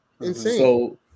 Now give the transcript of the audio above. insane